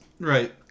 Right